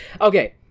Okay